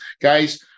Guys